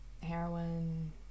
heroin